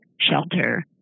shelter